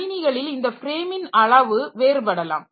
கணினிகளில் இந்த ஃப்ரேமின் அளவு வேறுபடலாம்